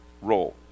role